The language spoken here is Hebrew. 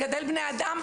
איך לגדל בני אדם,